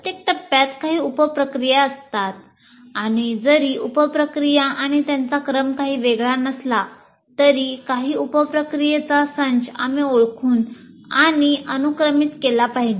प्रत्येक टप्प्यात काही उप प्रक्रिया असतात आणि जरी उप प्रक्रिया आणि त्यांचा क्रम काही वेगळा नसला तरी काही उप प्रक्रियेचा संच आम्ही ओळखून आणि अनुक्रमित केला पाहिजे